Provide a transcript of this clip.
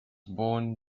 born